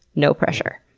no pressure.